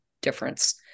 difference